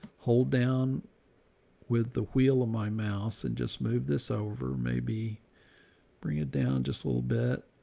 hold down with the wheel of my mouse and just move this over. maybe bring it down just a little bit,